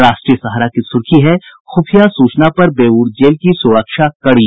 राष्ट्रीय सहारा की सुर्खी है खुफिया सूचना पर बेऊर जेल की सुरक्षा कड़ी